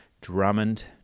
Drummond